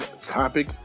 topic